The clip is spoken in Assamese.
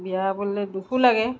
বিয়া বুলিলে দুখো লাগে